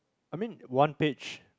I mean one page